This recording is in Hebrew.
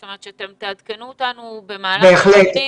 בהחלט.